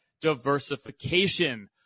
diversification